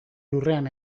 lurrean